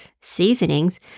seasonings